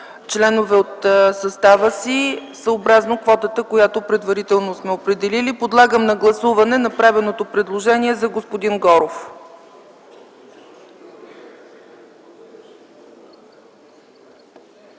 членове от състава си, съобразно квотата, която предварително сме определили. Подлагам на гласуване направеното предложение за народния